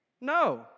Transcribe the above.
No